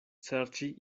serĉi